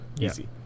Easy